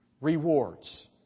rewards